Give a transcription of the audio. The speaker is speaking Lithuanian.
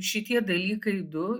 šitie dalykai du